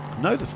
No